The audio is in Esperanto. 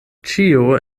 ĉio